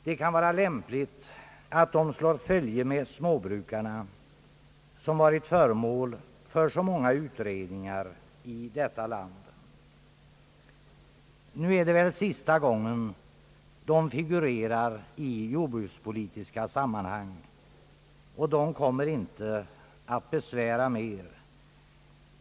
Det kan vara lämpligt att de slår följe med småbrukarna, som har varit föremål för så många utredningar i vårt land. Nu är det väl sista gången de figurerar i jordbrukspolitiska sammanhang. De kommer inte att besvära mer.